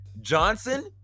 Johnson